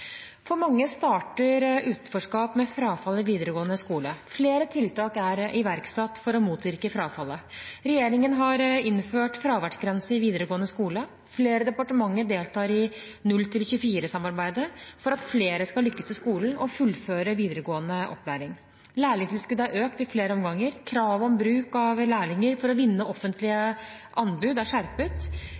For mange starter utenforskap med frafall i videregående skole. Flere tiltak er iverksatt for å motvirke frafallet. Regjeringen har innført fraværsgrense i videregående skole. Flere departementer deltar i 0–24-samarbeidet for at flere skal lykkes i skolen og fullføre videregående opplæring. Lærlingtilskuddet er økt i flere omganger. Kravet om bruk av lærlinger for å vinne offentlige anbud er skjerpet.